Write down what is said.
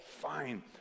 fine